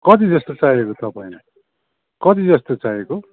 कति जस्तो चाहिएको तपाईँलाई कति जस्तो चाहिएको